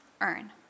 earn